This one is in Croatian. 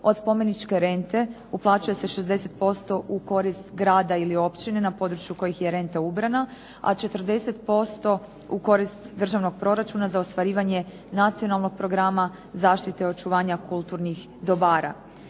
od spomeničke rente uplaćuje se 60% u korist grada ili općine na području kojih je renta ubrana, a 40% u korist državnog proračuna za ostvarivanje Nacionalnog programa zaštite očuvanja kulturnih dobara.